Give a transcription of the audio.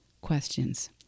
questions